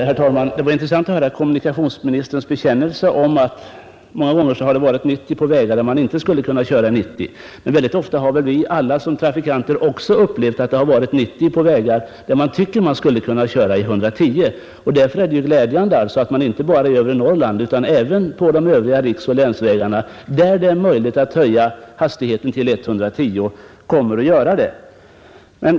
Herr talman! Det var intressant att höra kommunikationsministerns bekännelse om att många vägar varit skyltade för 90 km i timmen trots att man inte kunnat hålla den hastigheten. Men ofta har vi trafikanter upplevt att det föreskrivits högst 90 km i timmen på vägar där man skulle kunna köra 110. Därför är det ju glädjande att man inte bara i övre Norrland utan även på de övriga riksoch länsvägarna kommer att höja hastigheten till 110 km i timmen, där det är möjligt att göra det.